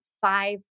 five